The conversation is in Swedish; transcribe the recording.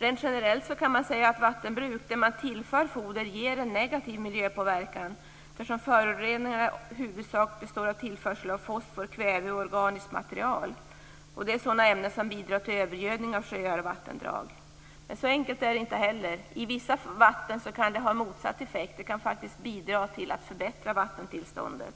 Rent generellt kan man säga att vattenbruk där foder tillförs ger en negativ miljöpåverkan. Föroreningarna består i huvudsak av tillförsel av fosfor, kväve och organiskt material. Det är ämnen som bidrar till övergödning av sjöar och vattendrag. Men så enkelt är det inte heller. I vissa vatten kan de ha motsatt effekt. De kan faktiskt bidra till att förbättra vattentillståndet.